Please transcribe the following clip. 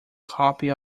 copy